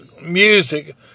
Music